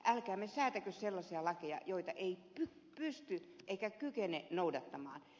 älkäämme säätäkö sellaisia lakeja joita ei pystytä eikä kyetä noudattamaan